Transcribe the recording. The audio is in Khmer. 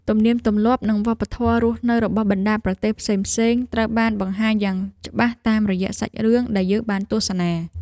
ទំនៀមទម្លាប់និងវប្បធម៌រស់នៅរបស់បណ្ដាប្រទេសផ្សេងៗត្រូវបានបង្ហាញយ៉ាងច្បាស់តាមរយៈសាច់រឿងដែលយើងបានទស្សនា។